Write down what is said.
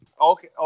Okay